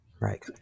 Right